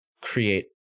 create